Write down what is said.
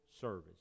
Service